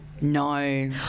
No